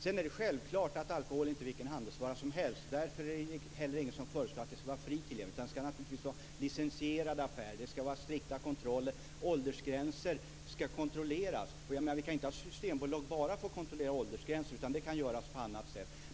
Sedan är alkohol självklart inte vilken handelsvara som helst. Därför är det inte heller någon som föreslår att det ska vara fri tillgänglighet utan att det naturligtvis ska vara fråga om licensierade affärer och att det ska vara strikta kontroller. Åldersgränser ska kontrolleras. Men vi kan ju inte ha Systembolaget bara för att kontrollera åldersgränser, utan det kan göras på annat sätt.